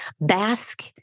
bask